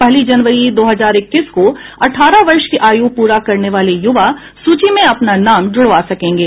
पहली जनवरी दो हजार इक्कीस को अठारह वर्ष की आयु पूरा करने वाले युवा सूची में अपना नाम जुड़वा सकेंगे